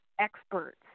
experts